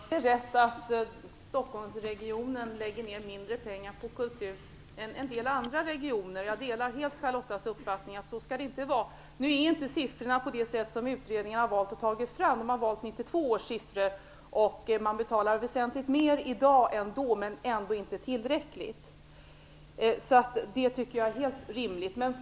Herr talman! Det är rätt att Stockholmsregionen lägger ner mindre pengar på kultur än en del andra regioner. Jag delar helt Charlotta L Bjälkebrings uppfattning att det inte skall vara så. Nu har utredningen valt att ta fram 1992 års siffror. I dag betalar man väsentligt mera än vad man gjorde då. Men det är ändå inte tillräckligt. Så det är en helt rimlig uppfattning.